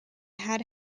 had